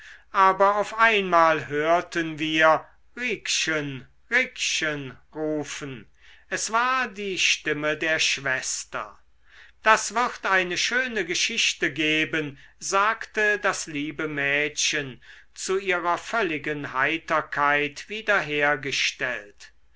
aber auf einmal hörten wir rikchen rikchen rufen es war die stimme der schwester das wird eine schöne geschichte geben sagte das liebe mädchen zu ihrer völligen heiterkeit wiederhergestellt